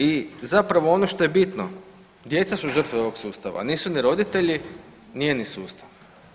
I zapravo ono što je bitno djeca su žrtve ovog sustava, nisu ni roditelji, nije ni sustav.